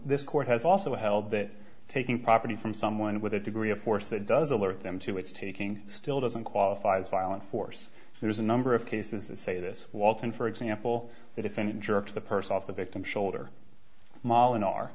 this court has also held that taking property from someone with a degree of force that does alert them to its taking still doesn't qualify as violent force there is a number of cases that say this walton for example the defendant jerks the person off the victim shoulder mollen are